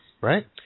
right